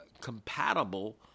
compatible